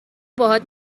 باهات